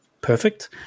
perfect